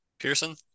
Pearson